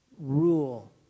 rule